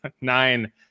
nine